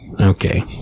Okay